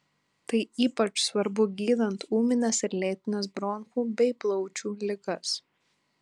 tai ypač svarbu gydant ūmines ir lėtines bronchų bei plaučių ligas